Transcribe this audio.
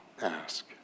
ask